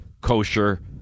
Kosher